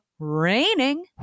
raining